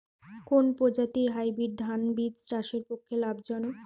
কোন প্রজাতীর হাইব্রিড ধান বীজ চাষের পক্ষে লাভজনক?